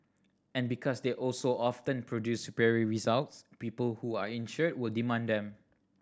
and because they also often produce superior results people who are insured will demand them